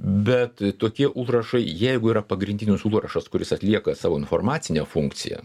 bet tokie užrašai jeigu yra pagrindinis užrašas kuris atlieka savo informacinę funkciją